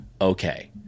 okay